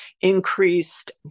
increased